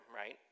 right